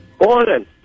Morning